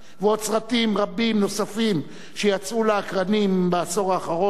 ועוד סרטים רבים נוספים שיצאו לאקרנים בעשור האחרון.